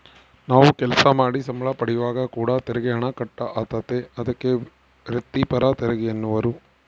ನಾವು ಕೆಲಸ ಮಾಡಿ ಸಂಬಳ ಪಡೆಯುವಾಗ ಕೂಡ ತೆರಿಗೆ ಹಣ ಕಟ್ ಆತತೆ, ಅದಕ್ಕೆ ವ್ರಿತ್ತಿಪರ ತೆರಿಗೆಯೆನ್ನುವರು